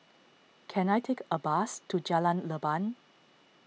can I take a bus to Jalan Leban